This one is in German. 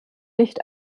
nicht